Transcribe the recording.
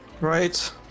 Right